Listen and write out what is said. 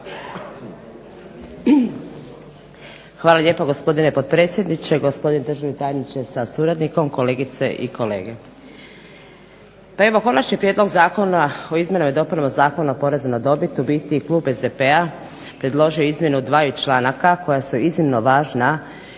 Hvala lijepo gospodine potpredsjedniče, gospodine državni tajniče sa suradnikom, kolegice i kolege. Pa evo konačni prijedlog zakona o izmjenama i dopunama Zakona o porezu na dobit u biti klub SDP-a predložio je izmjene u dva članka koja su iznimno važna